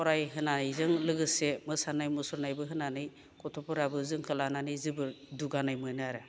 फरायहोनायजों लोगोसे मोसानाय मुसुरनायबो होनानै गथ'फोराबो जोंखौ लानानै जोबोद दुगानाय मोनो आरो